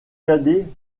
cadet